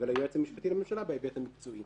ו"ליועץ המשפטי לממשלה בהיבט המקצועי".